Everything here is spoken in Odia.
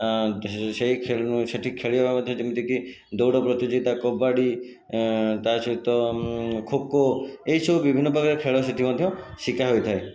ଆ ସେହି ଖେଳ ସେଇଠି ଖେଳିବା ମଧ୍ୟ ଯେମିତିକି ଦୌଡ଼ ପ୍ରତିଯୋଗିତା କବାଡ଼ି ତା'ସହିତ ଖୋ ଖୋ ଏହିସବୁ ବିଭିନ୍ନ ପ୍ରକାର ଖେଳ ସେଇଠି ମଧ୍ୟ ଶିଖା ହୋଇଥାଏ